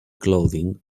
clothing